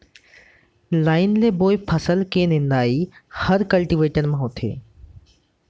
line ले बोए फसल के निंदई हर कल्टीवेटर म होथे